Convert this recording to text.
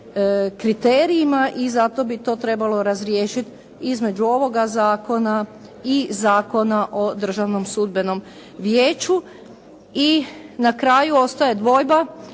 kriterijima i zato bi to trebalo razriješiti između ovoga zakona i Zakona o Državnom sudbenom vijeću. I na kraju ostaje dvojba